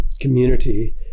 community